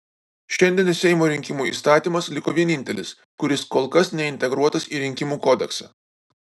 šiandien seimo rinkimų įstatymas liko vienintelis kuris kol kas neintegruotas į rinkimų kodeksą